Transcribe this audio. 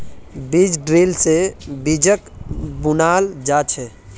बीज ड्रिल से बीजक बुनाल जा छे